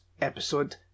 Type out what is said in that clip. episode